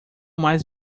mais